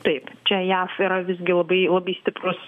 taip čia jav yra visgi labai labai stiprus